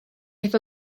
aeth